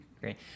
Great